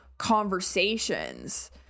conversations